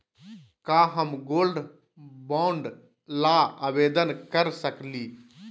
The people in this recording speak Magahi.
का हम गोल्ड बॉन्ड ल आवेदन कर सकली?